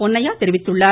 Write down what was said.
பொன்னையா தெரிவித்துள்ளார்